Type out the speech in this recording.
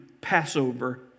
Passover